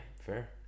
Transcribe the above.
fair